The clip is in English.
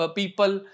people